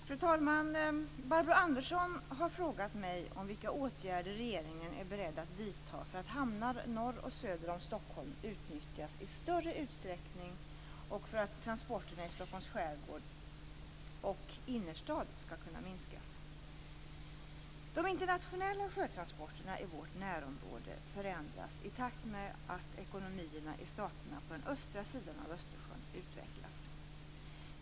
Fru talman! Barbro Andersson har frågat mig vilka åtgärder regeringen är beredd att vidta för att hamnar norr och söder om Stockholm utnyttjas i större utsträckning och för att transporterna i Stockholms skärgård och innerstad skall kunna minskas. De internationella sjötransporterna i vårt närområde förändras i takt med att ekonomierna i staterna på den östra sidan av Östersjön utvecklas.